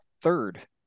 third